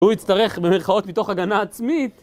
הוא הצטרך במרכאות מתוך הגנה עצמית